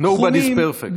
Nobody is perfect.